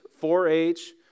4-H